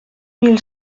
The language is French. mille